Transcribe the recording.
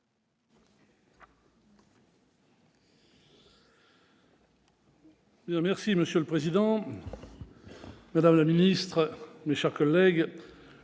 Monsieur le président, madame la ministre, mes chers collègues,